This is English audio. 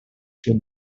can